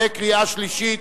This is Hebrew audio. בקריאה שלישית.